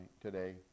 today